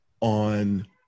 on